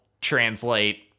translate